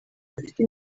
bafite